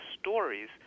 stories